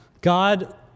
God